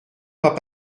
pas